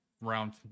round